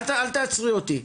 אל תעצרי אותי.